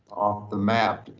the map,